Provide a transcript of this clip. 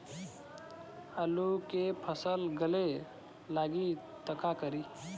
आलू के फ़सल गले लागी त का करी?